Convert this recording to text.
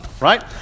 right